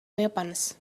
weapons